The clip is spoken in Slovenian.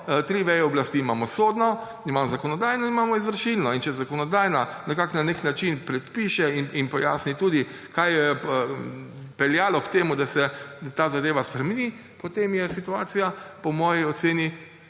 tri veje oblasti. Imamo sodno, imamo zakonodajno in imamo izvršilno. In če zakonodajna nekako na nek način predpiše in pojasni tudi, kaj je peljalo k temu, da se ta zadeva spremeni, potem je situacija po moji oceni